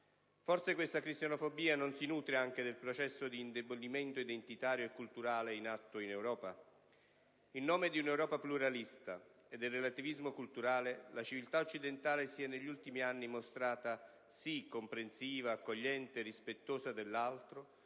Forse questa cristianofobia non si nutre anche del processo di indebolimento identitario e culturale in atto in Europa? In nome di un'Europa pluralista e del relativismo culturale, la civiltà occidentale si è negli ultimi anni mostrata sì comprensiva, accogliente e rispettosa dell'altro,